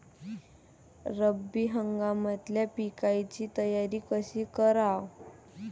रब्बी हंगामातल्या पिकाइची तयारी कशी कराव?